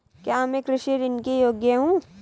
क्या मैं कृषि ऋण के योग्य हूँ?